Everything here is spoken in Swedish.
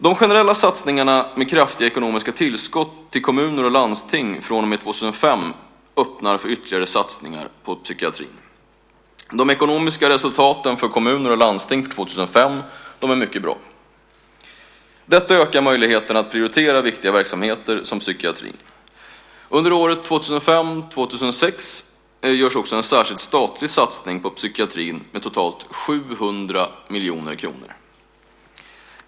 De generella satsningarna med kraftiga ekonomiska tillskott till kommuner och landsting från och med 2005 öppnar för ytterligare satsningar på psykiatrin. De ekonomiska resultaten för kommuner och landsting för 2005 är mycket bra. Detta ökar möjligheten att prioritera viktiga verksamheter som psykiatrin. Under år 2005 och 2006 görs också en särskild statlig satsning på psykiatrin med totalt 700 miljoner kronor.